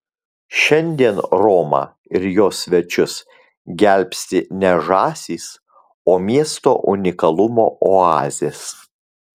šiandien romą ir jos svečius gelbsti ne žąsys o miesto unikalumo oazės